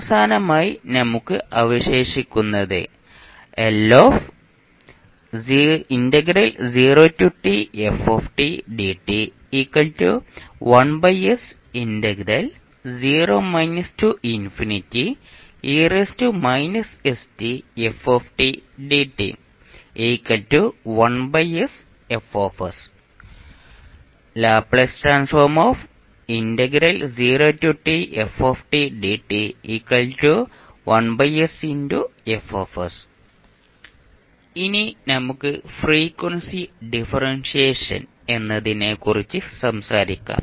അവസാനമായി നമുക്ക് അവശേഷിക്കുന്നത് ഇനി നമുക്ക് ഫ്രീക്വൻസി ഡിഫറൻഷിയേഷൻ എന്നതിനെക്കുറിച്ച് സംസാരിക്കാം